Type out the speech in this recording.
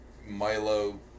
Milo